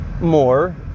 More